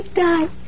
die